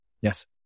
Yes